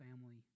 family